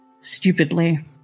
stupidly